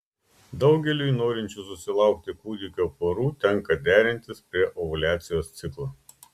daugeliui norinčių susilaukti kūdikio porų tenka derintis prie ovuliacijos ciklo